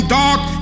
dark